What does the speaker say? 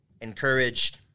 encouraged